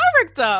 character